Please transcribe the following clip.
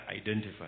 identify